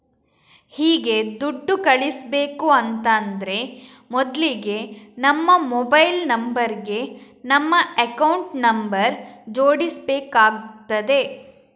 ಹೀಗೆ ದುಡ್ಡು ಕಳಿಸ್ಬೇಕು ಅಂತಾದ್ರೆ ಮೊದ್ಲಿಗೆ ನಮ್ಮ ಮೊಬೈಲ್ ನಂಬರ್ ಗೆ ನಮ್ಮ ಅಕೌಂಟ್ ನಂಬರ್ ಜೋಡಿಸ್ಬೇಕಾಗ್ತದೆ